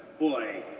boy.